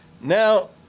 Now